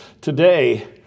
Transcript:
Today